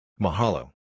Mahalo